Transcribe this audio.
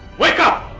wake up!